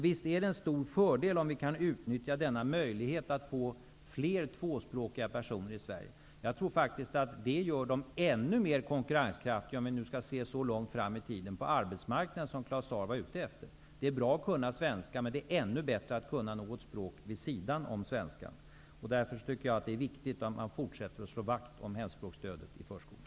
Visst är det en stor fördel om vi kan utnyttja denna möjlighet att få fler tvåspråkiga personer i Sverige. Jag tror faktiskt att det gör dessa personer ännu mer konkurrenskraftiga på arbetsmarknaden, om vi nu skall se så långt fram i tiden, som Claus Zaar var ute efter. Det är bra att kunna svenska, men det är ännu bättre att kunna något språk vid sidan om svenskan. Därför är det viktigt att man fortsätter att slå vakt om hemspråksstödet i förskolan.